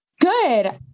Good